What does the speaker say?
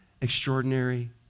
extraordinary